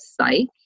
psych